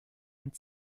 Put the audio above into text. and